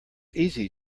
easy